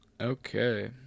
Okay